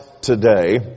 today